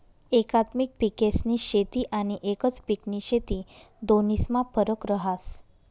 एकात्मिक पिकेस्नी शेती आनी एकच पिकनी शेती दोन्हीस्मा फरक रहास